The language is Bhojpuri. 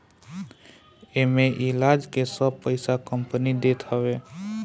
एमे इलाज के सब पईसा कंपनी देत हवे